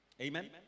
Amen